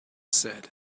said